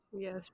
Yes